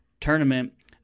tournament